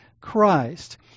Christ